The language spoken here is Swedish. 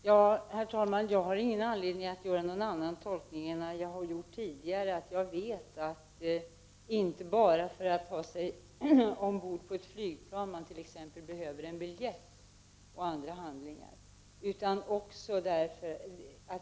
Herr talman! Jag har inte någon anledning att göra en annan tolkning än den jag har gjort tidigare. Jag vet att man t.ex. inte bara behöver en biljett och andra handlingar för att ta sig ombord på ett flygplan.